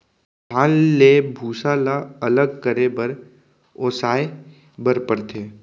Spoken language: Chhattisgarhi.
धान ले भूसा ल अलग करे बर ओसाए बर परथे